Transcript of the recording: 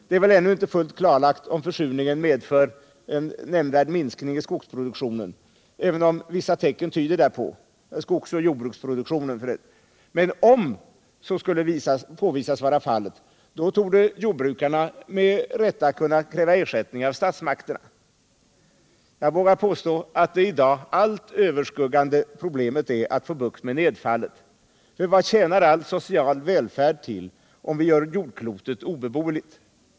Det är väl ännu inte fullt klarlagt, om försurningen medför en nämnvärd minskning i skogsoch jordbruksproduktionen, även om vissa tecken tyder därpå, men om så skulle påvisas vara fallet, torde brukarna med rätta kunna kräva ersättning av statsmakterna. Jag vågar påstå, att det i dag allt överskuggande problemet är att få bukt med nedfallet, för vad tjänar all social välfärd till, om vi gör jordklotet obeboeligt?